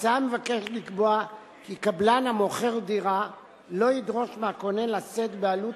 ההצעה מבקשת לקבוע כי קבלן המוכר דירה לא ידרוש מהקונה לשאת בעלות